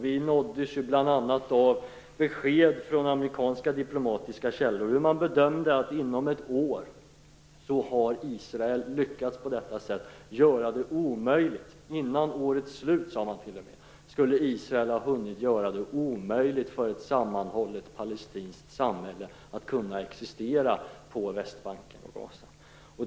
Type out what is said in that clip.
Vi nåddes bl.a. av besked från amerikanska diplomatiska källor som bedömde att Israel inom ett år - man sade t.o.m. före årets slut - kommer att ha lyckats med att på detta sätt göra det omöjligt för ett sammanhållet palestinskt samhälle att existera på Västbanken och i Gaza.